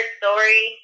story